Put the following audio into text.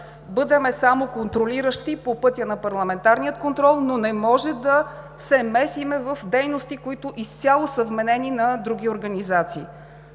бъдем само контролиращи по пътя на парламентарния контрол, но не може да се месим в дейности, които изцяло са вменени на други организации.